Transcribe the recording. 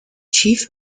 chief